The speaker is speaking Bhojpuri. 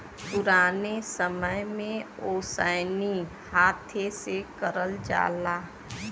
पुराने समय में ओसैनी हाथे से करल जाला